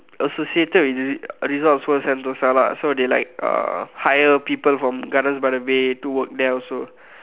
associated with resort world Sentosa lah so they like uh hire people from gardens by the bay to work there also